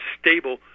stable